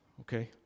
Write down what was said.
okay